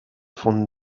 von